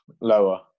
Lower